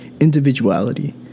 individuality